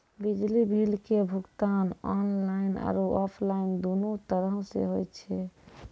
बिजली बिल के भुगतान आनलाइन आरु आफलाइन दुनू तरहो से होय छै